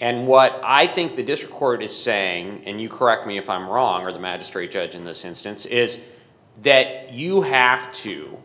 and what i think the district court is saying and you correct me if i'm wrong or the magistrate judge in this instance is that you have to